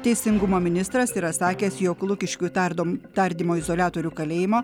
teisingumo ministras yra sakęs jog lukiškių tardom tardymo izoliatorių kalėjimą